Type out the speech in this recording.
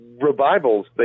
revivals